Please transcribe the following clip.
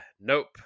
nope